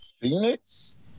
Phoenix